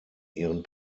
ihren